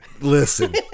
listen